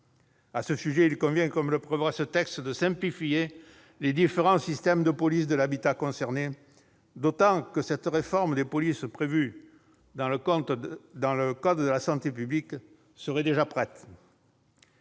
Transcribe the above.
À ce sujet, il convient, comme le prévoit ce texte, de simplifier les différents systèmes de police de l'habitat concernés, d'autant que cette réforme, prévue dans le code de la santé publique, serait déjà prête.